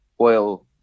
oil